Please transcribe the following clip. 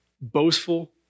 boastful